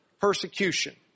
persecution